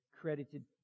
credited